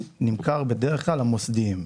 נמכר בדרך כלל למוסדיים.